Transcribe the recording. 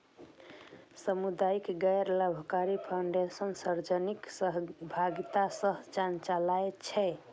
सामुदायिक गैर लाभकारी फाउंडेशन सार्वजनिक सहभागिता सं चलै छै